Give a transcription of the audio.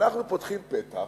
אנחנו פותחים פתח